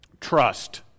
trust